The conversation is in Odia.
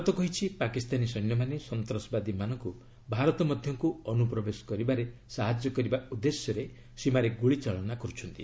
ଭାରତ କହିଛି ପାକିସ୍ତାନୀ ସୈନ୍ୟମାନେ ସନ୍ତାସବାଦୀମାନଙ୍କୁ ଭାରତ ମଧ୍ୟକୁ ଅନୁପ୍ରବେଶ କରିବାରେ ସାହାଯ୍ୟ କରିବା ଉଦ୍ଦେଶ୍ୟରେ ସୀମାରେ ଗୁଳିଚାଳନା କର୍ଛନ୍ତି